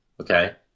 Okay